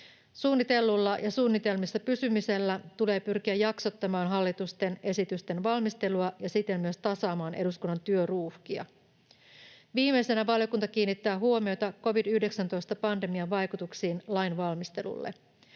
suunnittelulla ja suunnitelmissa pysymisellä tulee pyrkiä jaksottamaan hallituksen esitysten valmistelua ja siten myös tasaamaan eduskunnan työruuhkia. Viimeisenä valiokunta kiinnittää huomiota covid-19-pandemian vaikutuksiin lainvalmisteluun.